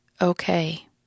okay